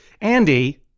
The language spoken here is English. Andy